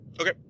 Okay